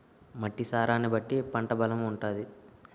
మట్టి సారాన్ని బట్టి పంట బలం ఉంటాది